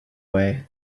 way